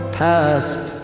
past